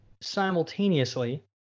Simultaneously